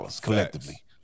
collectively